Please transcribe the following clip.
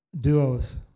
duos